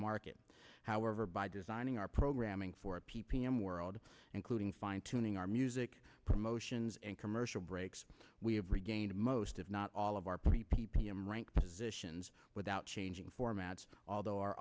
market however by designing our programming for a p p m world including fine tuning our music promotions and commercial breaks we have regained most if not all of our pre p p m rank positions without changing formats although our